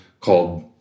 called